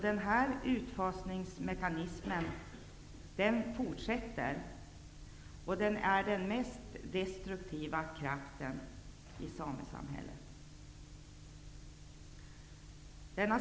Denna utfasningsmekanism fortsätter, och den är den mest destruktiva kraften i samesamhället.